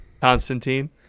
Constantine